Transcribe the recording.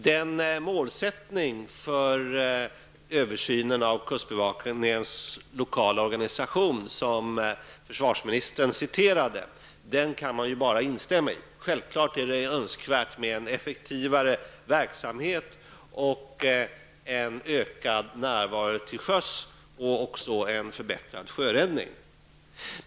Den målsättning för översynen av kustbevakningens lokala organisation som försvarsministern citerade, kan man bara instämma i. Självklart är det önskvärt med en effektivare verksamhet, en ökad närvaro till sjöss och även en förbättrad sjöräddning.